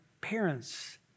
parents